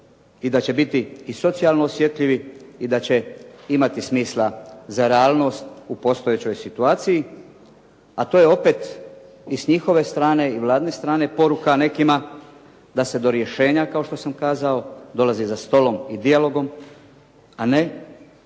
i da će biti i socijalno osjetljivi i da će imati smisla za realnost u postojećoj situaciji. A to je opet i s njihove strane i vladine strane poruka nekima da se do rješenja, kao što sam kazao, dolazi za stolom i dijalogom, a ne